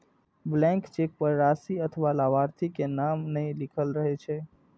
blank cheque पर राशि अथवा लाभार्थी के नाम नै लिखल रहै छै